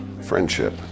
friendship